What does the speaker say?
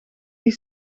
die